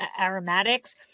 aromatics